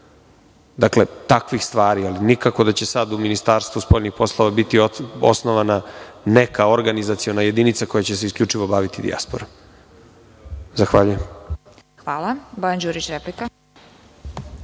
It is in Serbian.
Dakle, takvih stvari, ali nikako da će sada Ministarstvo spoljnih poslova biti osnovana neka organizaciona jedinica koja će se isključivo baviti dijasporom. Zahvaljujem. **Vesna Kovač** Hvala. Bojan Đurić, replika.